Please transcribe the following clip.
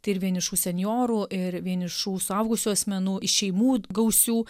tai ir vienišų senjorų ir vienišų suaugusių asmenų iš šeimų gausių